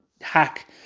hack